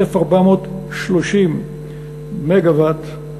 1,430 מגה-ואט,